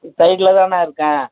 சைட்டிலதாண்ணா இருக்கேன்